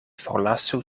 forlasu